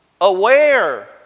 aware